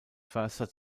förster